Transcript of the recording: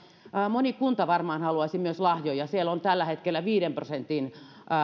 moni kunta varmaan haluaisi myös lahjoja siellä on tällä hetkellä viiden prosentin